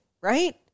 right